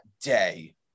day